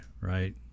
right